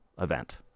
event